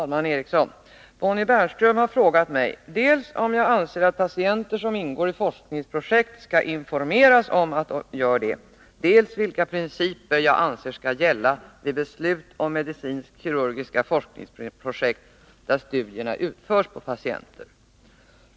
Herr talman! Bonnie Bernström har frågat mig, dels om jag anser att patienter som ingår i forskningsprojekt skall informeras om att de gör så, dels vilka principer jag anser skall gälla vid beslut om medicinsk-kirurgiska forskningsprojekt där studierna utförs på patienter.